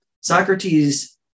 Socrates